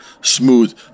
smooth